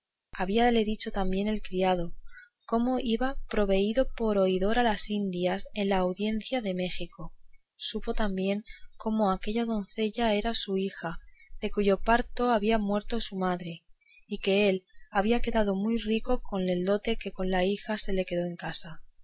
su hermano habíale dicho también el criado como iba proveído por oidor a las indias en la audiencia de méjico supo también como aquella doncella era su hija de cuyo parto había muerto su madre y que él había quedado muy rico con el dote que con la hija se le quedó en casa